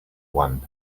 one